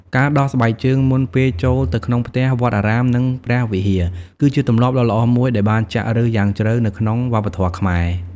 ការដោះស្បែកជើងមុនពេលចូលទៅក្នុងផ្ទះ វត្តអារាម និងព្រះវិហារ គឺជាទម្លាប់ដ៏ល្អមួយដែលបានចាក់ឫសយ៉ាងជ្រៅនៅក្នុងវប្បធម៌ខ្មែរ។